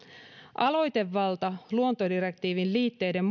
aloitevalta luontodirektiivin liitteiden